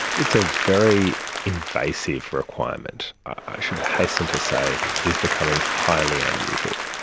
it's a very invasive requirement. i should hasten to say it's becoming highly unusual.